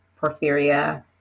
porphyria